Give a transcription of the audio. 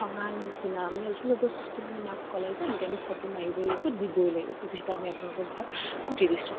খঙাল নিচিনা মানে যি মাক ক'লে যে এনেকে আমি ফটো মাৰিবই লাগিব দিবই লাগিব যিহেতু আমি আপোনালোকৰ ঘৰত পুতি দিছোঁ